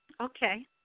Okay